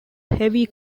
heavy